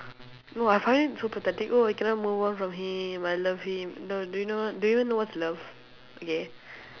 no I find it so pathetic oh I cannot move on from him I love him no do you know what do you know what's love okay